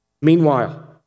Meanwhile